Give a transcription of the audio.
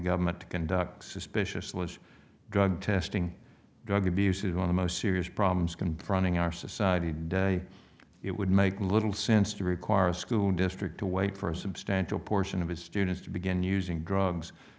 government to conduct suspicious lives drug testing drug abuse and on the most serious problems confronting our society today it would make little sense to require a school district to wait for a substantial portion of his students to begin using drugs